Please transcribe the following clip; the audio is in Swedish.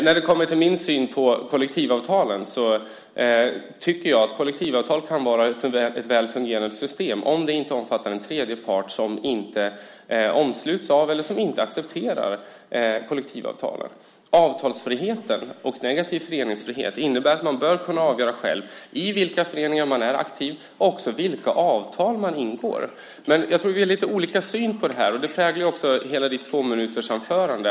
När det kommer till min syn på kollektivavtalen tycker jag att kollektivavtal kan vara ett väl fungerande system om det inte omfattar en tredje part som inte omsluts av eller inte accepterar kollektivavtalen. Avtalsfrihet och negativ föreningsfrihet innebär att man bör kunna avgöra själv i vilka föreningar man är aktiv och vilka avtal man ingår. Jag tror att vi har lite olika syn på det. Det präglade också hela ditt tvåminutersanförande.